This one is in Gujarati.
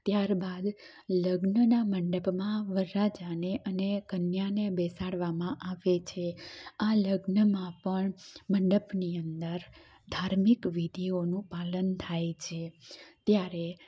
ત્યાર બાદ લગ્નના મંડપમાં વરરાજાને અને કન્યાને બેસાડવામાં આવે છે આ લગ્નમાં પણ મંડપની અંદર ધાર્મિક વિધિઓનું પાલન થાય છે ત્યારે